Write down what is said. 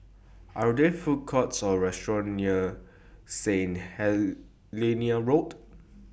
Are There Food Courts Or restaurants near St Helena Road